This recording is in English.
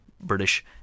British